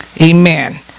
Amen